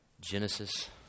Genesis